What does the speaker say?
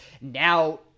Now